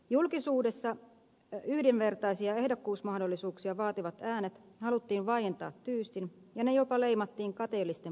julkisuudessa yhdenvertaisia ehdokkuusmahdollisuuksia vaativat äänet haluttiin vaientaa tyystin ja ne jopa leimattiin kateellisten puheenvuoroiksi